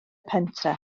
pentref